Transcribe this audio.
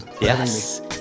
Yes